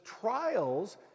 trials